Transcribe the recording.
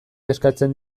eskatzen